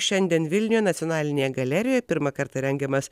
šiandien vilniuje nacionalinėje galerijoj pirmą kartą rengiamas